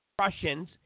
Russians